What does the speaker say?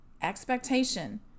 expectation